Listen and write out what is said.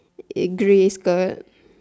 in grey skirt